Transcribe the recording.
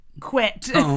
quit